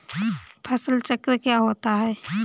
फसल चक्र क्या होता है?